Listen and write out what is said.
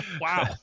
Wow